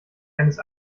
eines